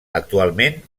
actualment